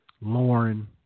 Lauren